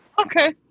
Okay